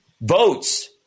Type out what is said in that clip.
votes